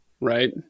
Right